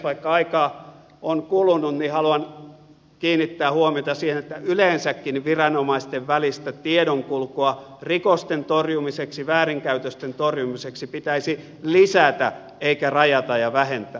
vaikka aikaa on kulunut haluan kiinnittää huomiota siihen että yleensäkin viranomaisten välistä tiedonkulkua rikosten torjumiseksi väärinkäytösten torjumiseksi pitäisi lisätä eikä rajata ja vähentää